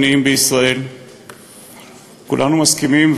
כולנו מסכימים,